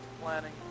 planning